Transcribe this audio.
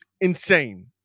Insane